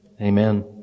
Amen